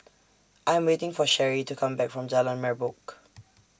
I Am waiting For Cherie to Come Back from Jalan Merbok